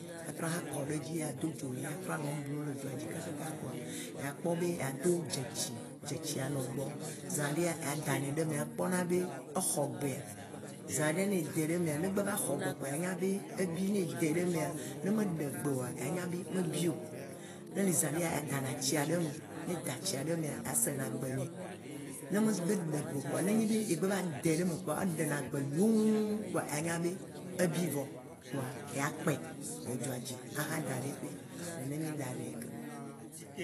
atrɔ ha kɔɖedzi, ye ado dzo nɛ atrɔ nɔ blum le dzoa dzi kakaka kpoa ya kpɔ be ya do dzetsi, dzeti anɔ gbɔwò zã ɖe ya da nɛ ɖe me akpɔ ɖa be axɔ gbea, zã ɖe ne edɛ ɖe me ne gbe va xɔ gbe kpoa anya be ebi ne edɛ ɖe me ne me ɖegbe o kpoa, anya be me bi o, ne li zã ɖe adana tsia ɖe eme, ne da tsia ɖe mea, asena gbe nɛ. Ne me gbe ɖe gbe o kpoa ne nye be egbe va dae ɖe me kpoa, eɖena gbe nyoŋu kpoa anya be ebi vɔ kpoa ya kpɛ le dzoadzi axa da ɖɛ, nene mì ɖanɛ ke.